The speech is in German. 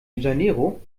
janeiro